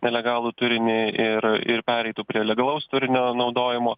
nelegalų turinį ir ir pereitų prie legalaus turinio naudojimo